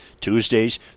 Tuesdays